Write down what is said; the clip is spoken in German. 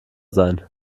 sein